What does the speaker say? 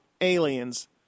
aliens